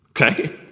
Okay